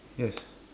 yes